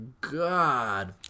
god